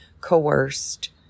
coerced